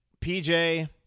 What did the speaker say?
PJ